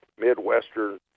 Midwestern